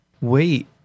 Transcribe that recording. Wait